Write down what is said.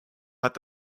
hat